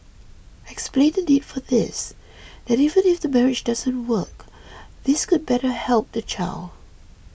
explain the need for this that even if the marriage doesn't work this could better help the child